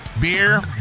Beer